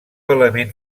element